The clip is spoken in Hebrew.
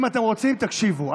אם אתם רוצים, תקשיבו.